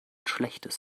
schlechtes